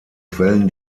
quellen